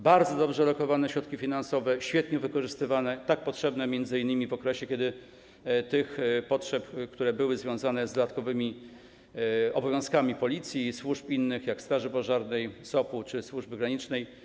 Bardzo dobrze lokowane środki finansowe, świetnie wykorzystywane, tak potrzebne m.in. w okresie, kiedy były potrzeby związane z dodatkowymi obowiązkami Policji i innych służb, takich jak straż pożarna, SOP czy służba graniczna.